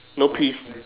no peas